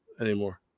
anymore